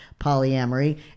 polyamory